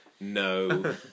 No